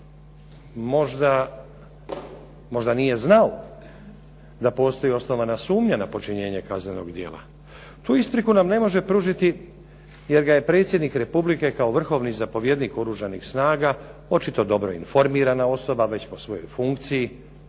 možda nije znao da postoji osnovana sumnja na počinjenje kaznenog djela? Tu ispriku nam ne može pružiti jer ga je predsjednik Republike kao vrhovni zapovjednik Oružanih snaga, očito dobro informirana osoba već po svojoj funkciji